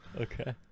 Okay